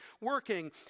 working